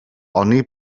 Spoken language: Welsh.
oni